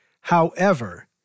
however-